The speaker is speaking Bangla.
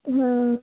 হ্যাঁ